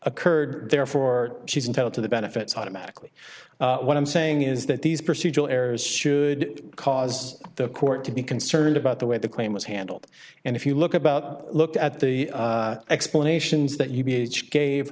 occurred therefore she's entitled to the benefits automatically what i'm saying is that these procedural errors should cause the court to be concerned about the way the claim was handled and if you look about look at the explanations that you b h gave